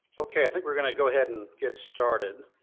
okay, i think we're gonna go ahead and get started.